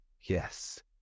Yes